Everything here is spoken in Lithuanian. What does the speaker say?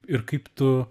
ir kaip tu